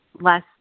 less